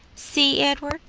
see, edward,